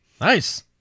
Nice